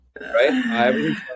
right